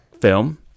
film